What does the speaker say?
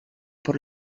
por